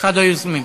אחד היוזמים.